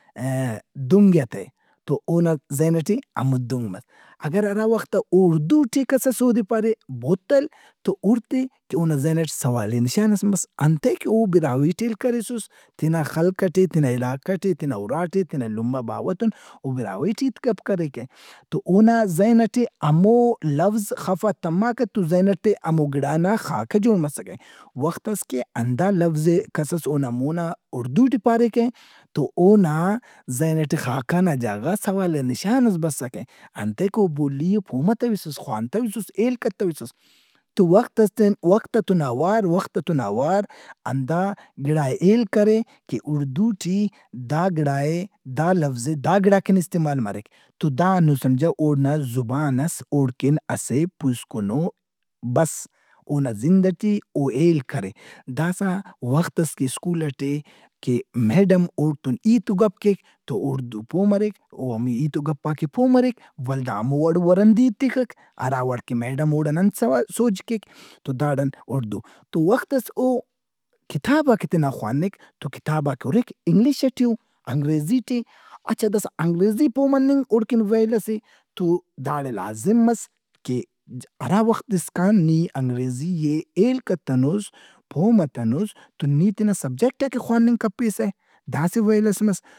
اے- دُنگ ئے ہتہ تواونا ذہن ئٹے ہمودُنگ مس۔ اگر ہرا وخت آ اُڑدو ٹے کسس اودے پارے بوتل تو ہُرتہِ اونا ذہن ئٹے سوالیہ نشانس مس۔ انتئے کہ او براہوئی ٹے ہیل کریسس۔ تینا خلق ئٹے، تینا علاقہ ٹے، تینا اُرا ٹے، تینا لمہ باوہ تُن او براہوئی ٹے ہیت گپ کریکہ تواونا ذہن ئٹے ہمو لفظ خف آ تمّاکہ تو ذہن ئٹے تہِ ہمو گِڑانا خاکہ جوڑ مسّکہ وختس کہ ہندا لفظ ئے کسس اونا مونا اُردو ٹے پاریکہ تو اونا ذہن ئٹے خاکہ نا جاگہ غا سوالیہ نشانس بسکہ، انتئے کہ او بولی ئے پو متویسس، خوانتویسس، ہیل کتویسس۔ تو وخت ئس تین- وقت ئتُن اواروخت ئتُن اوار ہندا گِڑا ئے ہیل کرے کہ اُڑدو ٹی دا گِڑا ئے دا لفظ ئے دا گڑا کن استعمال مریک۔ تو دا ہندن سمجھہ اونا زبانس اوڑکن اسہ پُوسکنو بس اونا زند ئٹی او ہیل کرے۔ داسا وختس کہ سکول ئٹے میڈم اوڑتُن ہیت و گپ کیک تو اُڑدو پو مریک او ہمے ہیت و گپاک ئے پو مریک ولدا ہمووڑ ورندی ایتکک ہرا وڑ کہ میڈم اوڑان انت سوال سوج کیک تو داڑن اُڑدو۔ تو وختس او کتاباک ئے تینا خوانک تو کتاباک ئے ہُرک انگلش ئٹی او، نگریزی ٹی۔ اچھا داسا انگریزی پو مننگ اوڑکہ ویل ئس اے۔ تو داڑے لازم مس کہ ہرا وخت اسکان نی انگریزی ئے ہیل کتنُس، پو متنُس تو نی تینا سبجیکٹاک ئے خواننگ کپیسہ۔ دا اسہ ویل ئس مس۔